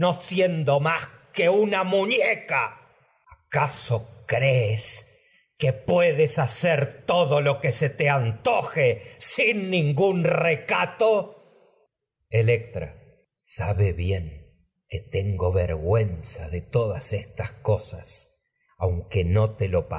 siendo más que una muñeca aca hacer todo lo que se so crees puedes te antoje sin ningún recato electra estas sabe bien que tengo vergüenza de todas parezca cosas es aunque no te e lo